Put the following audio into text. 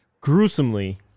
gruesomely